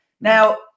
Now